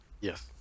yes